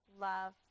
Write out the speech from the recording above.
Love